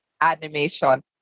animation